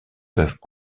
peuvent